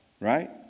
right